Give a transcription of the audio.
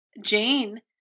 Jane